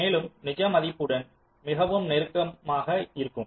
மேலும் நிஜ மதிப்புடன் மிகவும் நெருக்கமாக இருக்கும்